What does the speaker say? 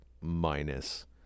minus